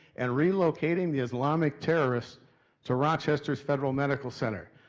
and relocating the islamic terrorists to rochester's federal medical center.